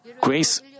grace